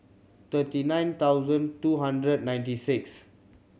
thirty nine thousand two hundred ninety six